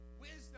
wisdom